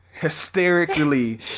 hysterically